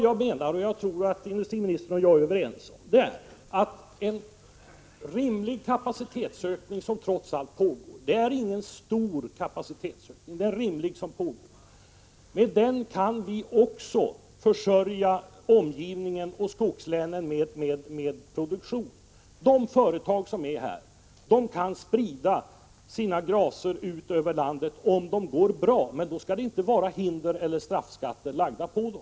Jag menar — och jag tror att industriministern och jag är överens — att en rimlig kapacitetsökning, som trots allt pågår, kan förse också omgivningen och skogslänen med produktion. De företag som är här kan sprida sina gracer ut över landet om de går bra. Men då skall det inte finnas hinder eller straffskatter lagda på dem.